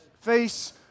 face